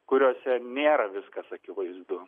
kuriose nėra viskas akivaizdu